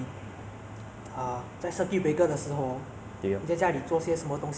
最近最近在玩 call of duty ah 因为 ah project assignment 全部 over 的